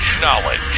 Knowledge